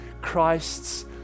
christ's